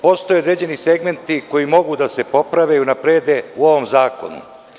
Postoje određeni segmenti koji mogu da se poprave i unaprede u ovom zakonu.